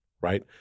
right